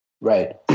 Right